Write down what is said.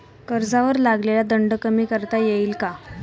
कर्जावर लागलेला दंड कमी करता येईल का?